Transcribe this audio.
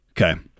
Okay